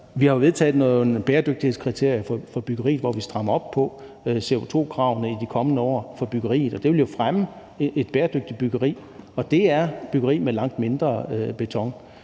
vi har jo vedtaget nogle bæredygtighedskriterier for byggeri, hvor vi strammer op på CO2-kravene i de kommende år for byggeriet. Det vil jo fremme bæredygtigt byggeri, og det er byggeri med langt mindre beton.